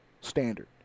standard